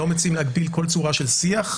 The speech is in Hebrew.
אנחנו לא מציעים להגדיר כל צורה של שיח.